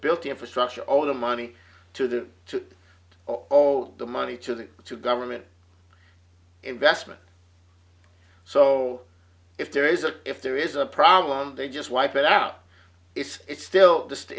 build the infrastructure all the money to the to all the money to the government investment so if there is a if there is a problem they just wipe it out it's still just